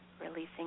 releasing